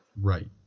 Right